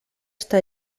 està